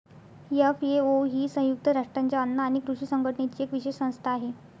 FAO ही संयुक्त राष्ट्रांच्या अन्न आणि कृषी संघटनेची एक विशेष संस्था आहे